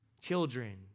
children